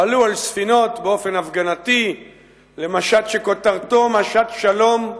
עלו על ספינות באופן הפגנתי למשט שכותרתו "משט שלום".